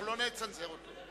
אנחנו לא נצנזר אותו.